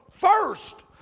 first